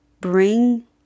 bring